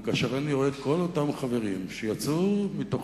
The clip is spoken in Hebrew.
וכאשר אני רואה את כל אותם חברים שיצאו מתוך